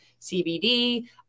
cbd